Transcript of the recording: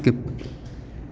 skip